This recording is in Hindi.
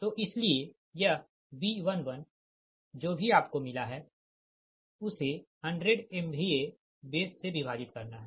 तो इसीलिए यह B11 जो भी आपको मिला है उसे 100 MVA बेस से विभाजित करना है